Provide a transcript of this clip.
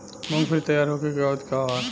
मूँगफली तैयार होखे के अवधि का वा?